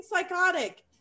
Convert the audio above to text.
psychotic